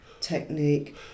technique